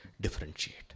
Differentiate